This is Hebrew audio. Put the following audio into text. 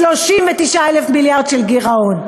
39,000 מיליארד של גירעון?